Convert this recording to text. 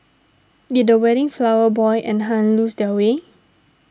did the wedding flower boy and Hun lose their way